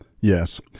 Yes